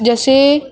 जसे